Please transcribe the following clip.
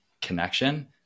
connection